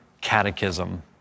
Catechism